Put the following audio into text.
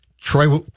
Troy